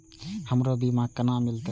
हमरो बीमा केना मिलते?